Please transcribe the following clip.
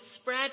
spread